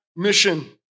mission